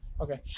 Okay